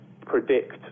predict